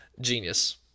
Genius